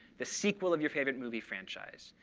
the sequel of your favorite movie franchise,